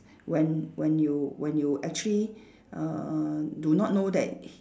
when when you when you actually uh uh do not know that h~